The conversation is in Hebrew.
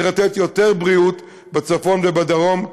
צריך לתת יותר בריאות בצפון ובדרום,